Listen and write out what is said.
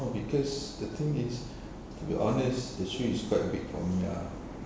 no because the thing is to be honest the shoe is quiet big for me ah